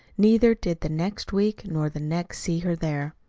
neither did the next week nor the next see her there.